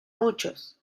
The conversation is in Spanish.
muchos